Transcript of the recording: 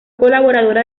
colaboradora